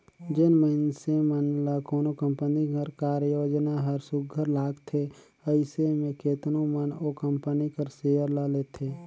जेन मइनसे मन ल कोनो कंपनी कर कारयोजना हर सुग्घर लागथे अइसे में केतनो मन ओ कंपनी कर सेयर ल लेथे